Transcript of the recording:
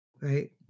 Right